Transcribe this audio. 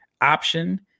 option